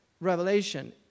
revelation